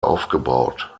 aufgebaut